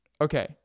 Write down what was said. okay